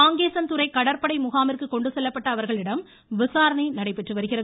காங்கேசன்துறை கடற்படை முகாமிற்கு கொண்டு செல்லப்பட்ட அவர்களிடம் விசாரணை நடைபெற்று வருகிறது